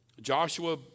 Joshua